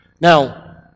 Now